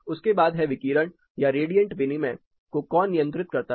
उसके बाद है विकिरण या रेडिएंट विनिमय को कौन नियंत्रित करता है